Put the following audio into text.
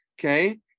Okay